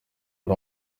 uri